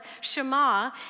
Shema